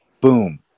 boom